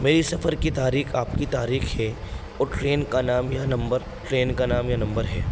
میری سفر کی تاریخ آپ کی تاریخ ہے اور ٹرین کا نام یا نمبر ٹرین کا نام یا نمبر ہے